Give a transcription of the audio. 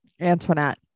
Antoinette